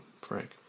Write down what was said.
Frank